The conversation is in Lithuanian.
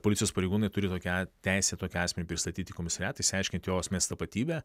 policijos pareigūnai turi tokią teisę tokį asmenį pristatyti į komisariatą išsiaiškinti jo asmens tapatybę